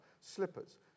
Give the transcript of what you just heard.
slippers